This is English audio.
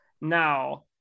Now